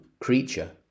creature